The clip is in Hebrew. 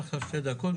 אדבר עכשיו שתי דקות,